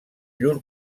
llur